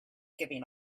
giving